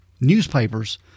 newspapers